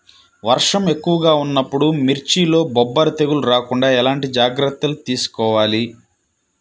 వర్షం ఎక్కువగా ఉన్నప్పుడు మిర్చిలో బొబ్బర తెగులు రాకుండా ఎలాంటి జాగ్రత్తలు తీసుకోవాలి?